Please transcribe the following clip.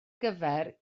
gyfer